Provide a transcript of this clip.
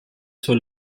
zur